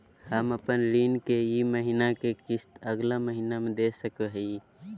हम अपन ऋण के ई महीना के किस्त अगला महीना दे सकी हियई?